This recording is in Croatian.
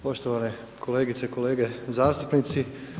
Poštovane kolegice i kolege zastupnici.